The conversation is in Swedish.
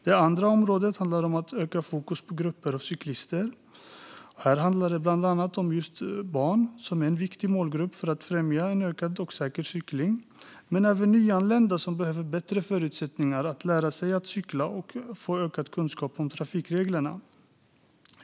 Det andra området handlar om att öka fokus på grupper av cyklister. Det handlar bland annat om barn, som ju är en viktig målgrupp för att främja ökad och säker cykling. Men även nyanlända behöver bättre förutsättningar att lära sig cykla och få ökade kunskaper om trafikregler.